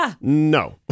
no